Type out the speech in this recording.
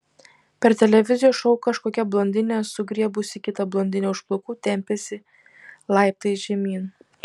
per televizijos šou kažkokia blondinė sugriebusi kitą blondinę už plaukų tempėsi laiptais žemyn